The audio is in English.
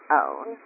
own